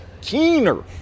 keener